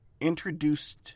introduced